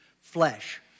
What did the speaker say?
flesh